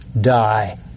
die